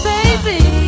Baby